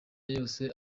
yose